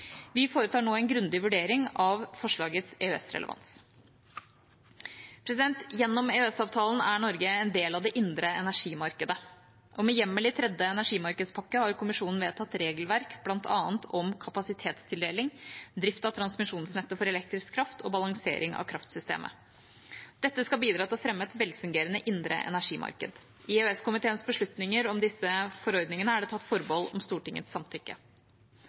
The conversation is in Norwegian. Vi foretar nå en grundig vurdering av forslagets EØS-relevans. Gjennom EØS-avtalen er Norge en del av det indre energimarkedet. Med hjemmel i tredje energimarkedspakke har Kommisjonen vedtatt regelverk bl.a. om kapasitetstildeling, drift av transmisjonsnettet for elektrisk kraft og balansering av kraftsystemet. Dette skal bidra til å fremme et velfungerende indre energimarked. I EØS-komiteens beslutninger om disse forordningene er det tatt forbehold om Stortingets samtykke.